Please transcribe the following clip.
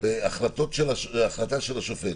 החלטה של השופט,